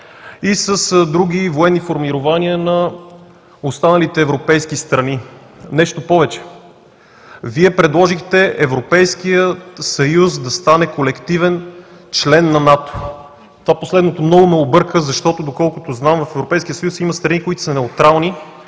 и с други военни формирования на останалите европейски страни. Нещо повече, Вие предложихте Европейския съюз да стане колективен член на НАТО. Това последното много ме обърка, защото, доколкото знам, в Европейския съюз има страни, които са неутрални,